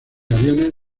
aviones